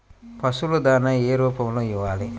పశువుల దాణా ఏ రూపంలో ఇవ్వాలి?